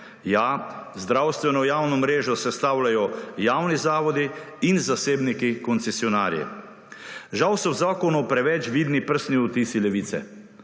Ja, zdravstveno javno mrežo sestavljajo javni zavodi in zasebniki-koncesionarji. Žal so v zakonu preveč vidni prstni odtisi Levice.